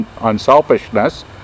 unselfishness